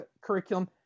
curriculum